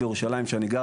יואב אני איתך,